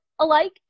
alike